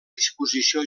disposició